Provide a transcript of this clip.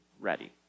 ready